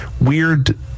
weird